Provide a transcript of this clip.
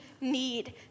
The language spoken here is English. need